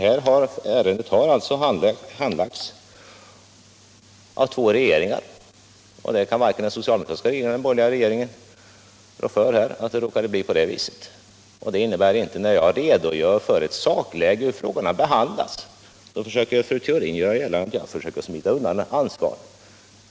Ärendet har dessutom handlagts av två regeringar, och varken den socialdemokratiska eller den borgerliga regeringen kan rå för att det råkade bli så. När jag redogör för hur frågan har behandlats försöker fru Theorin göra gällande att jag försöker smita undan mitt ansvar.